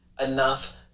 enough